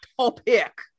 topic